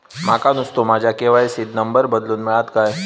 माका नुस्तो माझ्या के.वाय.सी त नंबर बदलून मिलात काय?